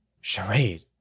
Charade